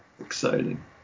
exciting